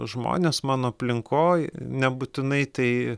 žmonės mano aplinkoj nebūtinai tai